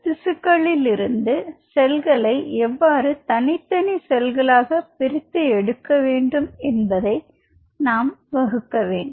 அந்த திசுக்களை எவ்வாறு தனித்தனி செல்களாக பிரித்து எடுக்க வேண்டும் என்பதை நாம் வகுக்க வேண்டும்